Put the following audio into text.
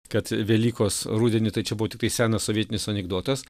kad velykos rudenį tai čia buvo tiktai senas sovietinis anekdotas